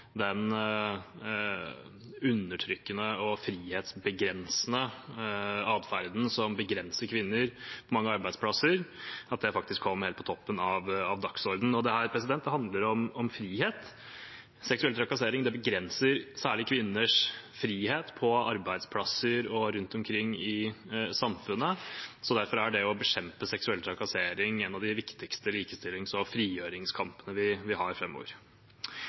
den undertrykkende og frihetsbegrensende adferden som begrenser kvinner på mange arbeidsplasser, at det faktisk kom helt på toppen av dagsordenen. Dette handler om frihet. Seksuell trakassering begrenser særlig kvinners frihet på arbeidsplasser og rundt omkring i samfunnet. Derfor er det å bekjempe seksuell trakassering en av de viktigste likestillings- og frigjøringskampene vi har